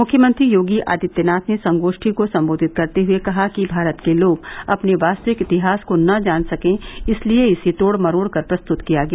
मुख्यमंत्री योगी आदित्यनाथ ने संगोष्ठी को सम्बोधित करते हये कहा कि भारत के लोग अपने वास्तविक इतिहास को न जान सकें इसलिये इसे तोड़ मरोड़ कर प्रस्तुत किया गया